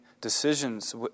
decisions